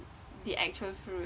the actual fruit